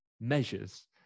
measures